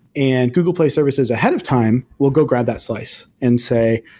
and google play services ahead of time will go grab that slice and say,